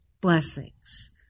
blessings